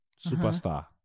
superstar